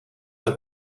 der